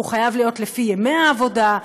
והוא חייב להיות לפי ימי העבודה,